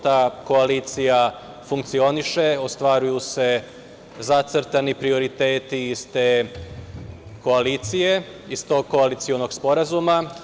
Ta koalicija funkcioniše, ostvaruju se zacrtani prioriteti iz te koalicije, iz tog koalicionog sporazuma.